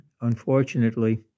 unfortunately